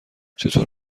چطور